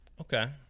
okay